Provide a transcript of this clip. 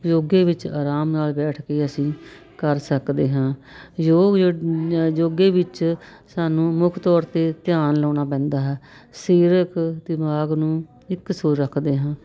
ਯੋਗੇ ਵਿੱਚ ਆਰਾਮ ਨਾਲ ਬੈਠ ਕੇ ਅਸੀਂ ਕਰ ਸਕਦੇ ਹਾਂ ਯੋਗ ਯ ਯੋਗੇ ਵਿੱਚ ਸਾਨੂੰ ਮੁੱਖ ਤੌਰ 'ਤੇ ਧਿਆਨ ਲਾਉਣਾ ਪੈਂਦਾ ਹੈ ਸਰੀਰਕ ਦਿਮਾਗ ਨੂੰ ਇੱਕ ਸੁਰ ਰੱਖਦੇ ਹਾਂ